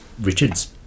Richards